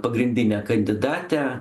pagrindine kandidate